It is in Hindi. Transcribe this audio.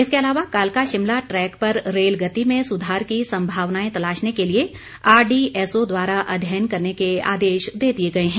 इसके अलावा कालका शिमला ट्रैक पर रेल गति में सुधार की सम्भावनाएं तलाशने के लिए आरडीएसओ द्वारा अध्ययन करने के आदेश दे दिए गए हैं